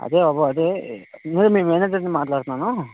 అదే బాబు అదే నేను మీ మేనేజర్ ని మాట్లాడుతున్నాను